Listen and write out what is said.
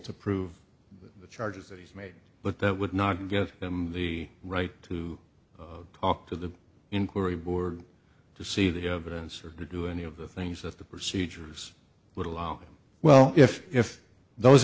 to prove the charges that he's made but that would not give him the right to talk to the inquiry board to see the evidence or do any of the things that the procedures would allow well if if those